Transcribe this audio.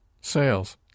Sales